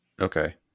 Okay